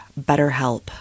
BetterHelp